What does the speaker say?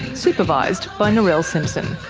supervised by narelle simpson.